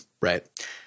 right